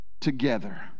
together